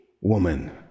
woman